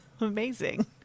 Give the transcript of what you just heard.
Amazing